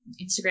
instagram